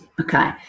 Okay